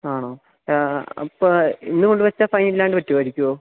ആണോ അപ്പോള് ഇന്ന് കൊണ്ടുവെച്ചാല് ഫൈനില്ലാതെ പറ്റുമായിരിക്കുമോ